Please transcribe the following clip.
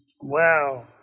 wow